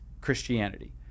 Christianity